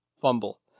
fumble